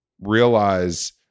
realize